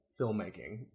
filmmaking